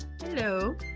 Hello